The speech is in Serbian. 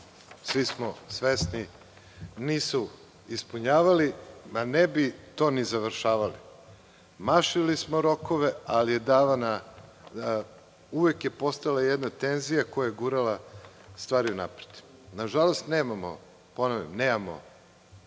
svi smo svesni, nisu ispunjavali, ne bi to ni završavali. Mašili smo rokove, ali je uvek postojala jedna tenzija koja je gurala stvari unapred. Nažalost, nemamo projekte.